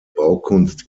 baukunst